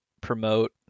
promote